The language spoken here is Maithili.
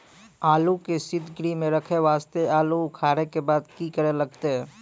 आलू के सीतगृह मे रखे वास्ते आलू उखारे के बाद की करे लगतै?